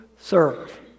serve